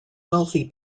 wealthy